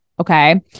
okay